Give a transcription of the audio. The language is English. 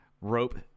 rope